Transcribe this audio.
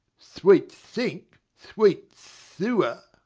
sweet sink, sweet sewer!